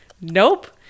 Nope